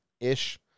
ish